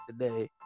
today